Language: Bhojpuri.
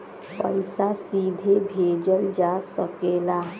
पइसा सीधे भेजल जा सकेला